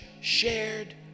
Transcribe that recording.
shared